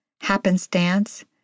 happenstance